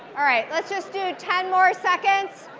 all right, let's just do ten more seconds.